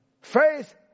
Faith